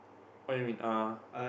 what you mean uh